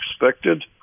expected